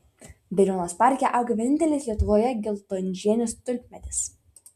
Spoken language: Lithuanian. veliuonos parke auga vienintelis lietuvoje geltonžiedis tulpmedis